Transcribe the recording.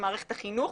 במערכת החינוך,